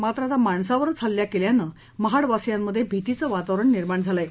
मात्र आता माणसावरच हल्ला केल्यानं महाडवासियांमध्ये भितीचं वातावरण निर्माण झालं आहे